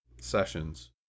sessions